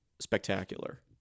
spectacular